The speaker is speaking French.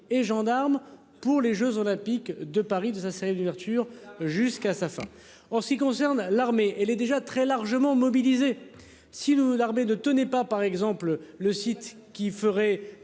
et gendarmes pour les Jeux olympiques de Paris de sa de nature jusqu'à sa fin. En ce qui concerne l'armée elle est déjà très largement mobilisés. Si nous l'armée ne tenait pas, par exemple, le site qui ferait